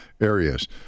areas